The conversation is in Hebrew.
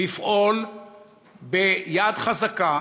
יש לפעול ביד חזקה,